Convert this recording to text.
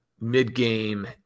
mid-game